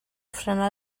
frenar